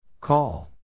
Call